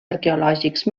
arqueològics